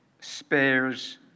spares